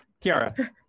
Kiara